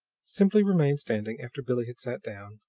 simply remained standing after billie had sat down,